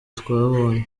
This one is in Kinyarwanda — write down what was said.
twabonye